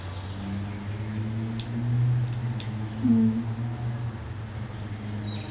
mm